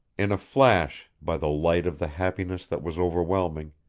in a flash, by the light of the happiness that was overwhelming,